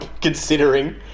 considering